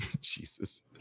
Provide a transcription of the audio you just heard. Jesus